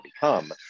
become